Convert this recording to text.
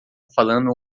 falando